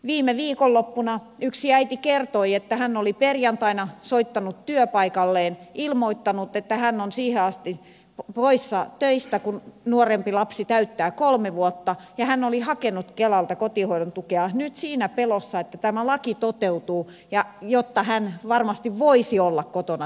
viime viikonloppuna yksi äiti kertoi että hän oli perjantaina soittanut työpaikalleen ilmoittanut että hän on siihen asti poissa töistä kun nuorempi lapsi täyttää kolme vuotta ja hän oli hakenut kelalta kotihoidon tukea nyt siinä pelossa että tämä laki toteutuu ja jotta hän varmasti voisi olla kotona siihen asti